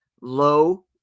low